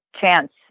chance